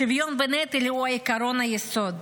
השוויון בנטל הוא עיקרון היסוד.